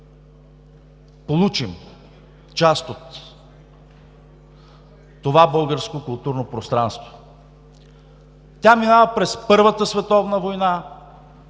получим част от това българско културно пространство. Тя минава през Първата световна война,